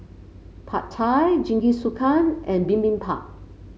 Pad Thai Jingisukan and Bibimbap